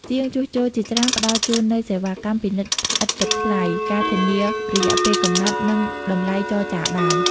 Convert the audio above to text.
ជាងជួសជុលជាច្រើនផ្តល់ជូននូវសេវាកម្មពិនិត្យឥតគិតថ្លៃ ធានារយៈពេលកំណត់ និងតម្លៃចរចាបាន។